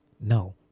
No